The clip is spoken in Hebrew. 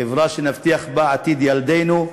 חברה שנבטיח בה עתיד ילדינו,